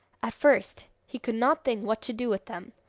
at first he could not think what to do with them,